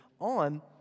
on